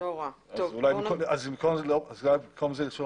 אולי במקום זה לומר